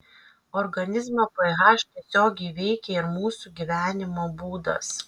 organizmo ph tiesiogiai veikia ir mūsų gyvenimo būdas